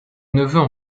neveux